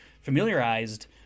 familiarized